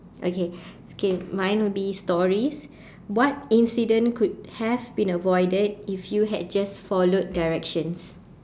okay okay mine would be stories what incident could have been avoided if you had just followed directions